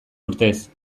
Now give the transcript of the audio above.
urtez